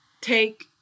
take